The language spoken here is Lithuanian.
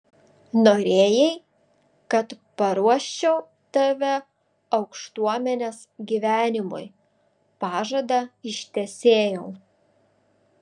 norėjai kad paruoščiau tave aukštuomenės gyvenimui pažadą ištesėjau